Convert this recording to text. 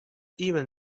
even